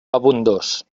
abundós